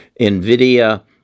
NVIDIA